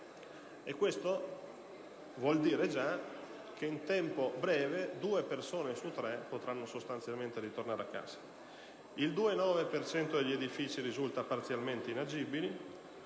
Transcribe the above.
Ciò vuol dire che, in tempo breve, due persone su tre potranno sostanzialmente ritornare a casa. Il 2,9 per cento degli edifici risulta parzialmente inagibile,